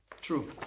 True